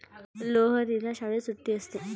लोहरीला शाळेत सुट्टी असते